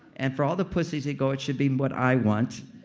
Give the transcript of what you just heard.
and for all the pussies that go it should be what i want,